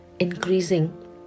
increasing